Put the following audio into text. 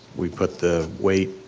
we put the weight,